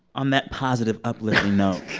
on that positive, uplifting note.